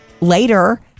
later